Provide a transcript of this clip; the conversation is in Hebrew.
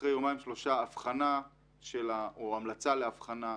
אחרי יומיים-שלושה הבחנה או המלצה להבחנה,